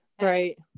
Right